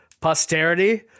Posterity